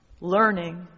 learning